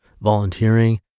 volunteering